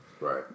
Right